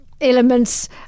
elements